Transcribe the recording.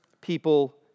people